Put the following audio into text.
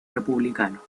republicano